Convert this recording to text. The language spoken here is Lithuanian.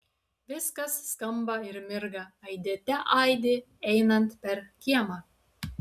viskas skamba ir mirga aidėte aidi einant per kiemą